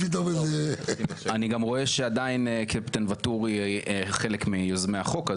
שאני גם רואה שעדיין קפטן ואטורי חלק מיוזמי החוק.